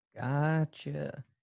Gotcha